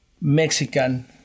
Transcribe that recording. Mexican